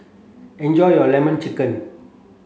enjoy your lemon chicken